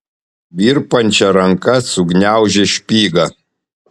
virpančia ranka sugniaužė špygą